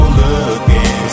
looking